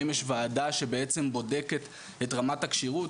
האם יש ועדה שבודקת את רמת הכשירות,